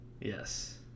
Yes